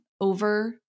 over